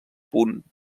punt